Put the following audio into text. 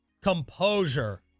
Composure